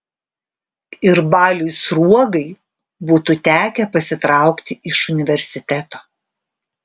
ir baliui sruogai būtų tekę pasitraukti iš universiteto